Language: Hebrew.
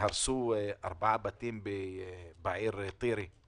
שהרסו ארבעה בתים במשולש.